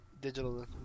digital